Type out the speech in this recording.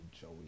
Joey